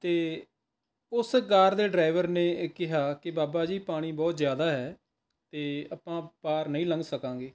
ਅਤੇ ਉਸ ਕਾਰ ਦੇ ਡਰਾਈਵਰ ਨੇ ਇਹ ਕਿਹਾ ਕਿ ਬਾਬਾ ਜੀ ਪਾਣੀ ਬਹੁਤ ਜ਼ਿਆਦਾ ਹੈ ਅਤੇ ਆਪਾਂ ਪਾਰ ਨਹੀਂ ਲੰਘ ਸਕਾਂਗੇ